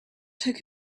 took